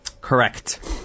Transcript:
Correct